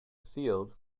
sealed